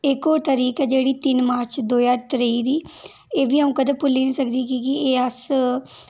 इक होर तरीक ऐ जेह्ड़ी तिन्न मार्च दो ज्हार त्रेई दी एह् बी अ'ऊं कदें भुल्ली निं सकदी की कि एह् अस